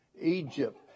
Egypt